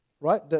Right